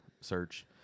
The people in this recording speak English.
search